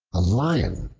a lion,